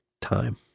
time